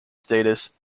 status